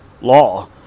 law